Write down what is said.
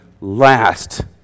last